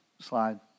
slide